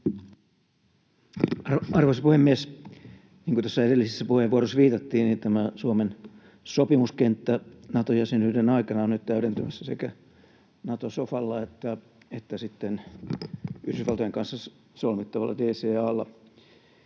Arvoisa puhemies! Niin kuin tässä edellisessä puheenvuorossa viitattiin, tämä Suomen sopimuskenttä Nato-jäsenyyden aikana on nyt täydentymässä sekä Nato-sofalla että sitten Yhdysvaltojen kanssa solmittavalla DCA:lla.